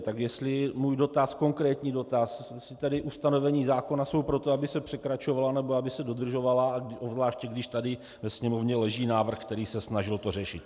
Tak jestli můj dotaz, konkrétní dotaz, jestli tady ustanovení zákona jsou proto, aby se překračovala, nebo aby se dodržovala, obzvláště když tady ve Sněmovně leží návrh, který se snažil to řešit.